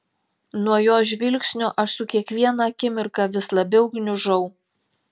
nuo jos žvilgsnio aš su kiekviena akimirka vis labiau gniužau